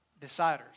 deciders